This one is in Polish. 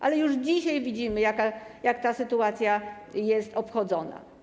Ale już dzisiaj widzimy, jak ta sytuacja jest obchodzona.